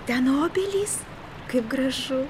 ten obelys kaip gražu